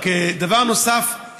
רק דבר נוסף,